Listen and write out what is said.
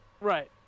Right